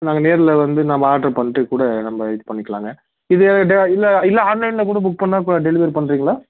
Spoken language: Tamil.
நாங்கள் நேரில் வந்து நம்ம ஆட்ரு பண்ணிட்டு கூட நம்ம இது பண்ணிக்கலாங்க இது டே இல்லை இல்லை ஆன்லைனில் கூட புக் பண்ணால் இப்போ டெலிவரி பண்ணுறீங்களா